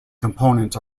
components